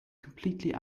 completely